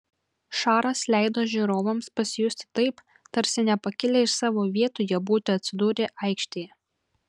šaras leido žiūrovams pasijusti taip tarsi nepakilę iš savo vietų jie būtų atsidūrę aikštėje